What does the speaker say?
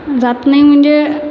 जात नाही म्हणजे